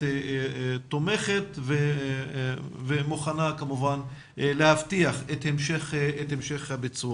תומכת ומוכנה כמובן להבטיח את המשך הביצוע.